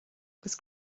agus